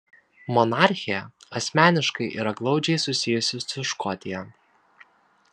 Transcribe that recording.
monarchė asmeniškai yra glaudžiai susijusi su škotija